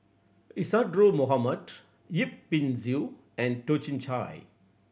Isadhora Mohamed Yip Pin Xiu and Toh Chin Chye